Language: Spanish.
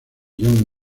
john